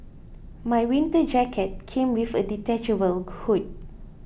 my winter jacket came with a detachable hood